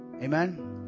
Amen